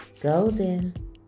Golden